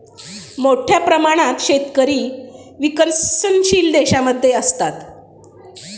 मोठ्या प्रमाणात शेतकरी विकसनशील देशांमध्ये असतात